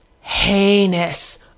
heinous